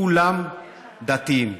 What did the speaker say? כולם דתיים.